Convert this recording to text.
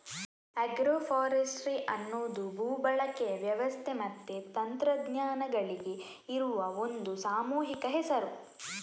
agro forestry ಅನ್ನುದು ಭೂ ಬಳಕೆಯ ವ್ಯವಸ್ಥೆ ಮತ್ತೆ ತಂತ್ರಜ್ಞಾನಗಳಿಗೆ ಇರುವ ಒಂದು ಸಾಮೂಹಿಕ ಹೆಸರು